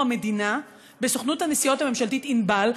המדינה בסוכנות הנסיעות הממשלתית "ענבל",